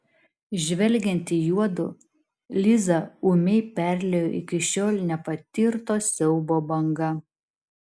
žvelgiant į juodu lizą ūmai perliejo iki šiol nepatirto siaubo banga